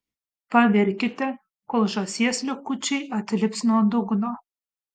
pavirkite kol žąsies likučiai atlips nuo dugno